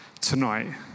tonight